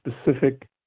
specific